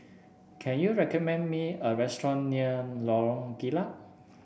can you recommend me a restaurant near Lorong Kilat